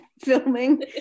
filming